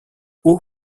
haut